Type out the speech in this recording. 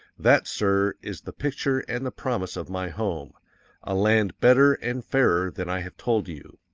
that, sir, is the picture and the promise of my home a land better and fairer than i have told you,